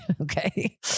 Okay